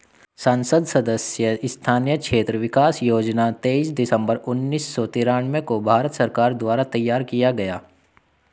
संसद सदस्य स्थानीय क्षेत्र विकास योजना तेईस दिसंबर उन्नीस सौ तिरान्बे को भारत सरकार द्वारा तैयार किया गया